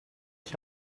ich